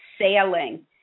sailing